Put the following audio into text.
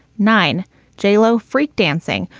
nine j lo freak dancing,